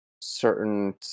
certain